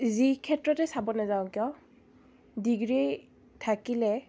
যি ক্ষেত্ৰতে চাব নাযাওঁ কিয় ডিগ্ৰী থাকিলে